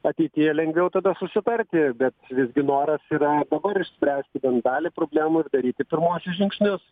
ateityje lengviau tada susitarti bet visgi noras yra dabar išspręsti dalį problemų ir daryti pirmuosius žingsnius